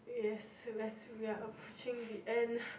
yes yes we are approaching the end